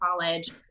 college